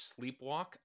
sleepwalk